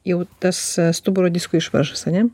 jau tas stuburo disko išvaržas ane